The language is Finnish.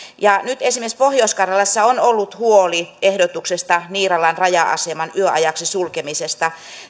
nyt esimerkiksi pohjois karjalalla on ollut huoli ehdotuksesta niiralan raja aseman yöajaksi sulkemisesta